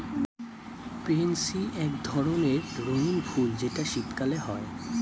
pansy এক ধরণের রঙ্গীন ফুল যেটা শীতকালে হয়